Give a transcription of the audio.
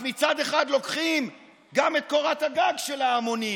אז מצד אחד לוקחים גם את קורת הגג של ההמון,